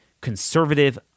conservative